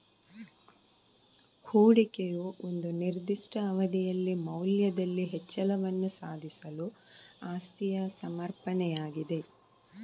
ಹೂಡಿಕೆಯು ಒಂದು ನಿರ್ದಿಷ್ಟ ಅವಧಿಯಲ್ಲಿ ಮೌಲ್ಯದಲ್ಲಿ ಹೆಚ್ಚಳವನ್ನು ಸಾಧಿಸಲು ಆಸ್ತಿಯ ಸಮರ್ಪಣೆಯಾಗಿದೆ